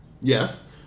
Yes